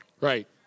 Right